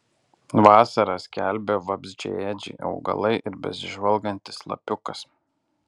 vasarą skelbia vabzdžiaėdžiai augalai ir besižvalgantis lapiukas